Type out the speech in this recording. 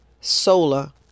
solar